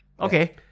okay